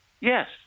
yes